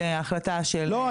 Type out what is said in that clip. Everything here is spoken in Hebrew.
זה החלטה של --- לא,